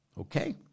okay